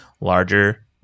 larger